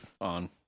on